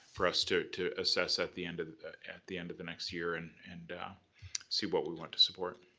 for us to to assess at the end of the at the end of the next year and and see what we want to support.